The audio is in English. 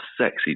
sexy